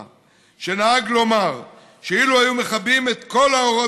שנהג לומר שאילו היו מכבים את כל האורות